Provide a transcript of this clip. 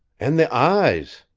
and the eyes!